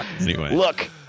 Look